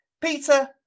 Peter